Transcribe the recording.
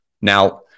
Now